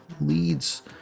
leads